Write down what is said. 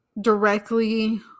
directly